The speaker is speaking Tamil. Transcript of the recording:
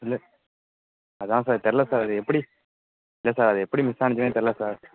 இல்லை அதான் சார் தெரில சார் எப்படி இல்லை சார் எப்படி மிஸ் ஆனுச்சுன்னே தெரில சார்